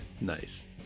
Nice